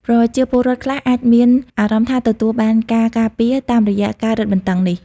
ប្រជាពលរដ្ឋខ្លះអាចមានអារម្មណ៍ថាទទួលបានការការពារ តាមរយៈការរឹងបន្ដឹងនេះ។